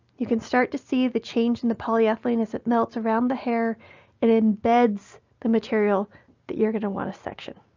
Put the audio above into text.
you can start to see the change in the polyethylene as it melts around the hair and embeds the material that you're going to want to section.